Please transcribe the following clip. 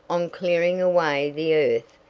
on clearing away the earth,